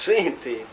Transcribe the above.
Senti